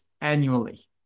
annually